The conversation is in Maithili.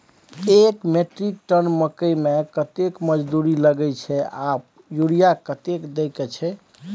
एक मेट्रिक टन मकई में कतेक मजदूरी लगे छै आर यूरिया कतेक देके छै?